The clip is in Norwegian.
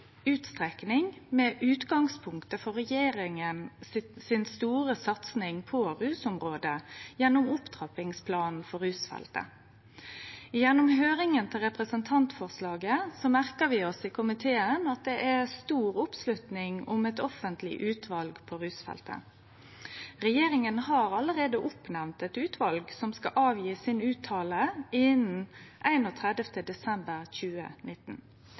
utstrekning med utgangspunktet for regjeringa si store satsing på rusområdet gjennom opptrappingsplanen for rusfeltet. Gjennom høyringa om representantforslaget merka vi oss i komiteen at det er stor oppslutning om eit offentleg utval på rusfeltet. Regjeringa har allereie oppnemnt eit utval som skal komme med si utsegn innan 31. desember 2019.